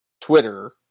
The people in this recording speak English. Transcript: Twitter